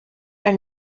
are